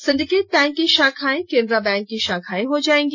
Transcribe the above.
Syndicate Bank की शाखाए Canara Bank की शाखाए हो जायेगी